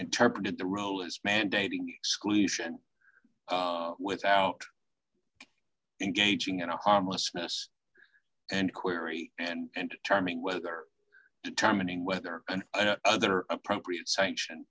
interpreted the role as mandating exclusion without engaging in a harmless ness and query and terming whether determining whether an other appropriate sanction